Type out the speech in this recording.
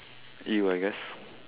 you I guess